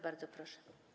Bardzo proszę.